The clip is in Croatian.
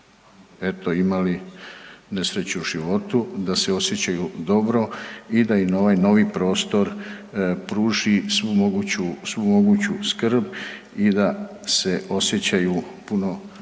imali nesreću u životu, da se osjećaju dobro i da im ovaj novi prostor pruži svu moguću skrb i da se osjećaju puno